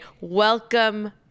Welcome